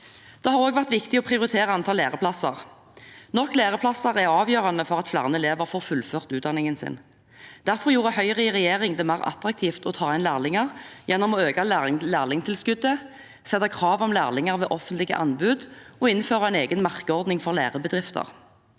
Det har også vært viktig å prioritere antall læreplasser. Nok læreplasser er avgjørende for at flere elever får fullført utdanningen sin. Derfor gjorde Høyre i regjering det mer attraktivt å ta inn lærlinger gjennom å øke lærlingtilskuddet, stille krav om lærlinger ved offentlige anbud og innføre en egen merkeordning for lærebedrifter.